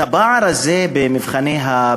הפער הזה בין התלמידים היהודים והערבים במבחני פיז"ה,